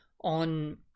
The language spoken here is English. on